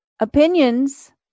Opinions